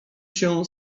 się